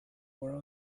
were